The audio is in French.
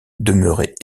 demeurait